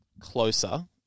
closer